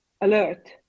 alert